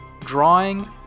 drawing